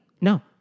No